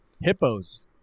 Hippos